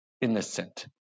innocent